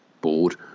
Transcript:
board